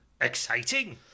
Exciting